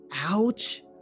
ouch